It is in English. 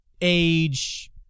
age